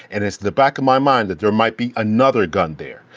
and it's the back of my mind that there might be another gun there.